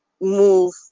move